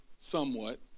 somewhat